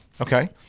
Okay